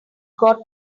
got